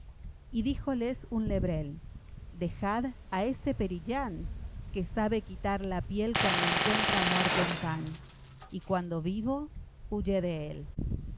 y díjoles un lebrel dejad a ese perillán que sabe quitar la piel cuando encuentra muerto un can y cuando vivo huye de él